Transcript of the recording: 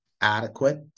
adequate